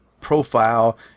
profile